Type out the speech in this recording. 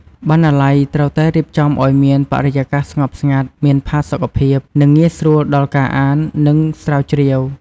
បណ្ណាល័យត្រូវតែរៀបចំឱ្យមានបរិយាកាសស្ងប់ស្ងាត់ មានផាសុកភាព និងងាយស្រួលដល់ការអាន និងស្រាវជ្រាវ។